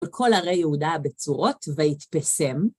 וכל הרי יהודה בצורות ויתפסם.